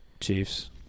Chiefs